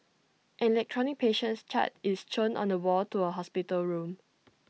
an electronic patient chart is shown on the wall to A hospital room